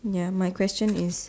ya my question is